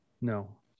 No